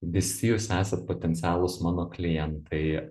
visi jūs esat potencialūs mano klientai